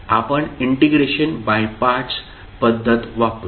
आपण integration by parts पद्धत वापरू